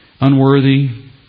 unworthy